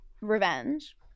revenge